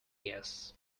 guess